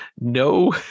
no